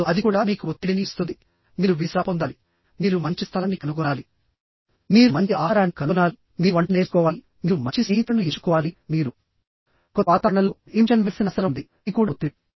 ఇప్పుడు అది కూడా మీకు ఒత్తిడిని ఇస్తుంది మీరు వీసా పొందాలి మీరు మంచి స్థలాన్ని కనుగొనాలిమీరు మంచి ఆహారాన్ని కనుగొనాలి మీరు వంట నేర్చుకోవాలి మీరు మంచి స్నేహితులను ఎంచు కోవాలి మీరు కొత్త వాతావరణంలో గుడ్ ఇంప్రెషన్ వేయాల్సిన అవసరం ఉంది ఇది కూడా ఒత్తిడి